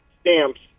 stamps